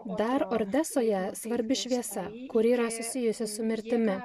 dar odesoje svarbi šviesa kuri yra susijusi su mirtimi